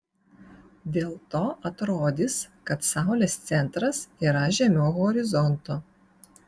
dėl to atrodys kad saulės centras yra žemiau horizonto